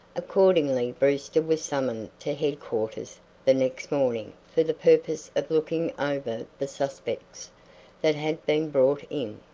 accordingly brewster was summoned to headquarters the next morning for the purpose of looking over the suspects that had been brought in.